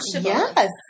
Yes